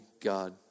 God